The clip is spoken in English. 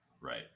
Right